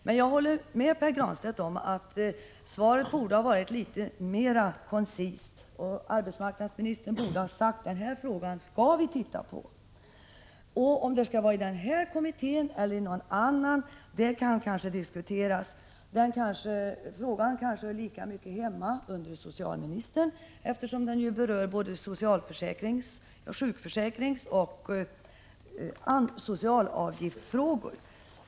Men jag håller med Pär Granstedt om att svaret borde ha varit litet mera koncist, och arbetsmarknadsministern borde ha sagt att regeringen kommer att se på frågan. Om det skall vara i den här kommittén eller i någon annan kan kanske diskuteras. Frågan hör kanske lika mycket till socialministerns arbetsområde, eftersom den ju berör socialförsäkrings-, sjukförsäkringsoch socialavgiftsproblem.